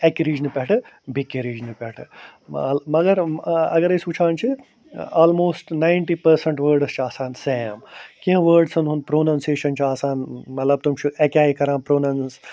اَکہِ رِجنہٕ پٮ۪ٹھٕ بیٚکہِ رِجنہٕ پٮ۪ٹھٕ مگر اگر أسۍ وٕچھان چھِ آلموسٹ نایِنٹی پٔرسنٛٹ وٲڈٕس چھِ آسان سیم کیٚنٛہہ وٲڈسَن ہُنٛد پرٛونَنسیشن چھِ آسان مطلب تِم چھِ اکہِ آے کَران پروننٕس